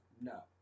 No